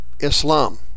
Islam